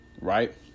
Right